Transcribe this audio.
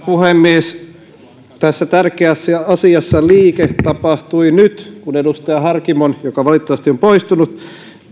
puhemies tässä tärkeässä asiassa liike tapahtui nyt kun edustaja harkimon joka valitettavasti on poistunut